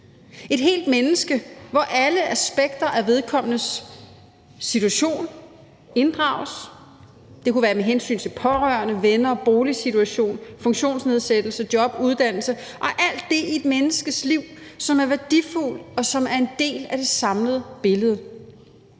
et helt menneske, hvor alle aspekter af vedkommendes situation inddrages. Det kunne være med hensyn til pårørende, venner, boligsituation, funktionsnedsættelse, job, uddannelse og alt det i et menneskes liv, som er værdifuldt, og som er en del af det samlede billede.